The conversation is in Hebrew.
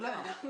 אנחנו